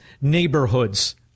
neighborhoods